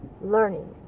learning